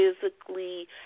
physically